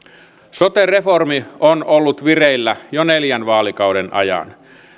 sote reformi on ollut vireillä jo neljän vaalikauden ajan